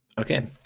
Okay